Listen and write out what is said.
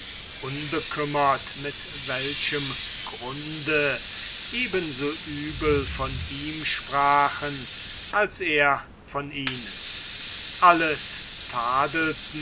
unbekümmert mit welchem grunde eben so übel von ihm sprachen als er von ihnen alles